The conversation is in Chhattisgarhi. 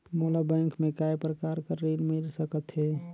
मोला बैंक से काय प्रकार कर ऋण मिल सकथे?